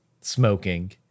smoking